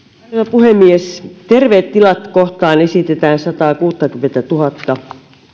puhemies terveet tilat kohtaan esitetään sataakuuttakymmentätuhatta